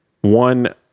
One